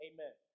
Amen